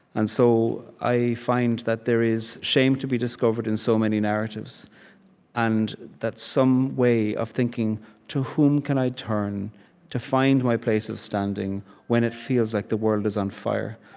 and so i find that there is shame to be discovered in so many narratives and that some way of thinking to whom can i turn to find my place of standing when it feels like the world is on fire?